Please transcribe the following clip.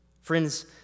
Friends